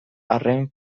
arren